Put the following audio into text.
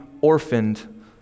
orphaned